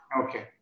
Okay